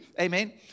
Amen